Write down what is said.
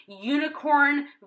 unicorn